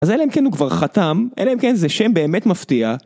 אז אלה הם כן הוא כבר חתם, אלה הם כן זה שם באמת מפתיע